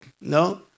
No